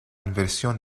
inversión